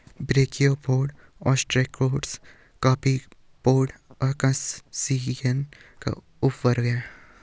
brachiopoda, ostracods, copepoda, crustacean का उपवर्ग है